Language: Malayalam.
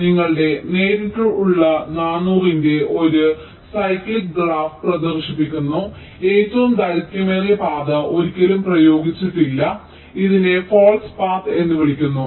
അതിനാൽ നിങ്ങളുടെ നേരിട്ടുള്ള 400 ന്റെ ഒരു സൈക്ലിക് ഗ്രാഫ് പ്രദർശിപ്പിക്കുന്ന ഏറ്റവും ദൈർഘ്യമേറിയ പാത ഒരിക്കലും പ്രയോഗിച്ചിട്ടില്ല ഇതിനെ ഫാൾസ് പാത് എന്ന് വിളിക്കുന്നു